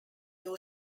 new